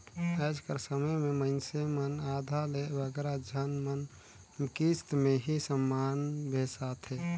आएज कर समे में मइनसे मन आधा ले बगरा झन मन किस्त में ही समान बेसाथें